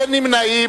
אין נמנעים.